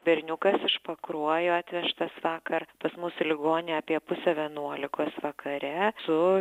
berniukas iš pakruojo atvežtas vakar pas mus į ligoninę apie pusę vienuolikos vakare su